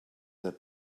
that